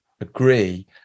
agree